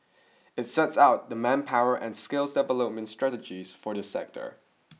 it sets out the manpower and skills development strategies for the sector